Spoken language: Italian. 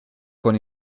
con